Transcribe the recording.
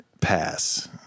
Pass